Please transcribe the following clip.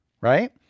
right